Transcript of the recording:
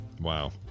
Wow